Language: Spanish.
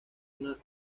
una